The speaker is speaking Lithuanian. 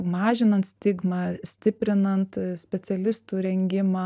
mažinant stigmą stiprinant specialistų rengimą